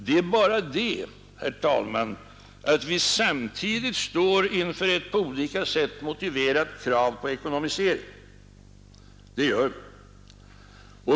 Det är bara det, herr talman, att vi samtidigt står inför ett på olika sätt motiverat krav på ekonomisering.